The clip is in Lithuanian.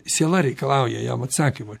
siela reikalauja jam atsakymo